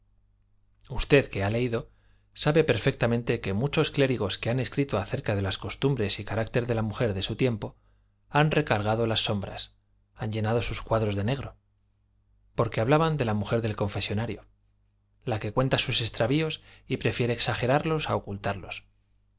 usted que ha leído sabe perfectamente que muchos clérigos que han escrito acerca de las costumbres y carácter de la mujer de su tiempo han recargado las sombras han llenado sus cuadros de negro porque hablaban de la mujer del confesonario la que cuenta sus extravíos y prefiere exagerarlos a ocultarlos